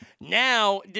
Now